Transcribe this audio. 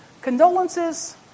condolences